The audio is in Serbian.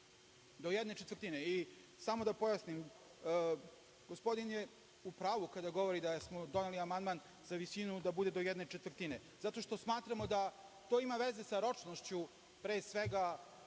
do jedne četvrtine. Samo da pojasnim, gospodin je u pravu kada govori da smo doneli amandman za visinu da bude do jedne četvrtine, zato što smatramo da to ima veze sa ročnošću, pre svega,